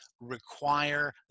require